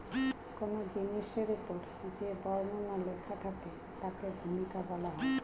কোন জিনিসের উপর যে বর্ণনা লেখা থাকে তাকে ভূমিকা বলা হয়